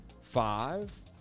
Five